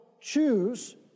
choose